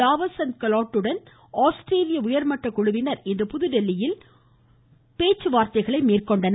தாவர்சந்த் கெலோட்டுடன் ஆஸ்திரேலிய உயர்மட்டக் குழுவினர் இன்று புதுதில்லியில் ஆலோனை மேற்கொண்டனர்